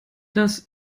das